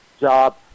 job